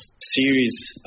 series